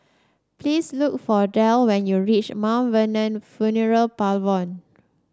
please look for Derl when you reach Mt Vernon Funeral Parlours